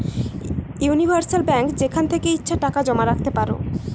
universal bank যেখান থেকে ইচ্ছে টাকা জমা রাখতে পারো